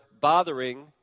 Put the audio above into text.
bothering